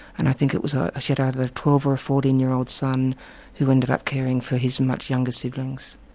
and i think it was ah she had either a twelve or a fourteen year old son who ended up caring for his much younger siblings.